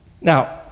Now